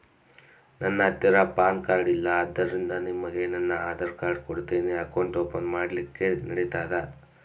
ನನ್ನ ಹತ್ತಿರ PAN card ಇಲ್ಲ ಆದ್ದರಿಂದ ನಿಮಗೆ ನನ್ನ ಆಧಾರ್ ಕಾರ್ಡ್ ಕೊಡ್ತೇನಿ ಅಕೌಂಟ್ ಓಪನ್ ಮಾಡ್ಲಿಕ್ಕೆ ನಡಿತದಾ?